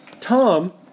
Tom